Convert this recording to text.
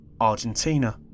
Argentina